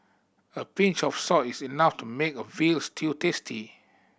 a pinch of salt is enough to make a veal stew tasty